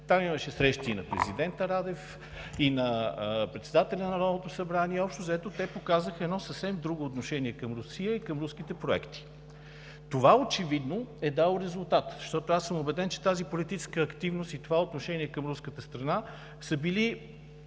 там имаше срещи и на президента Радев, и на председателя на Народното събрание и общо взето те показаха съвсем друго отношение към Русия и към руските проекти. Това очевидно е дало резултат, защото аз съм убеден, че тази политическа активност и отношение към руската страна са били